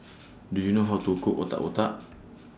Do YOU know How to Cook Otak Otak